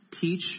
Teach